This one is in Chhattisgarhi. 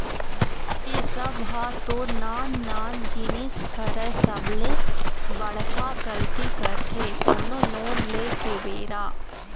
ए सब ह तो नान नान जिनिस हरय सबले बड़का गलती करथे कोनो लोन ले के बेरा